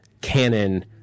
canon